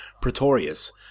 Pretorius